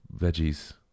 veggies